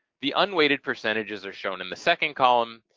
the unweighted percentages are shown in the second column,